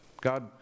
God